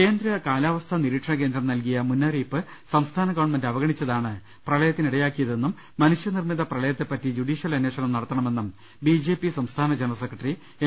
കേന്ദ്ര കാലാവസ്ഥാ നിരീക്ഷണകേന്ദ്രം നൽകിയ മുന്നറിയിപ്പ് സംസ്ഥാന ഗവൺമെന്റ് അവഗണിച്ചതാണ് പ്രളയത്തിനിടയാക്കിയതെന്നും മനുഷ്യനിർമ്മിത പ്രളയത്തെപ്പറ്റി ജുഡീഷ്യൽ അമ്പേഷണം നടത്തണമെന്നും ബി ജെ പി സംസ്ഥാന ജനറൽ സെക്രട്ടറി എം